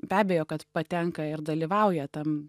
be abejo kad patenka ir dalyvauja tam